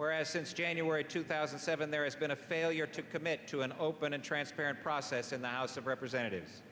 whereas since january two thousand and seven there has been a failure to commit to an open and transparent process in the house of representatives